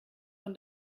von